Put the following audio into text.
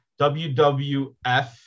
WWF